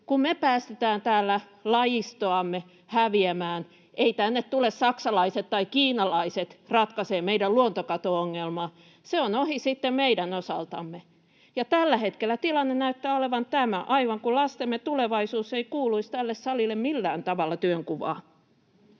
Kun me päästetään täällä lajistoamme häviämään, eivät tänne tule saksalaiset tai kiinalaiset ratkaisemaan meidän luontokato-ongelmaa. Se on ohi sitten meidän osaltamme. Tällä hetkellä tilanne näyttää olevan tämä, että aivan kuin lastemme tulevaisuus ei kuuluisi tälle salille millään tavalla työnkuvaan.